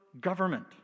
government